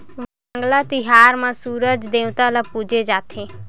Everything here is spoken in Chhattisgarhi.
वांगला तिहार म सूरज देवता ल पूजे जाथे